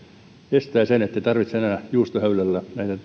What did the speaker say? ja estää sen että tarvitsisi juustohöylällä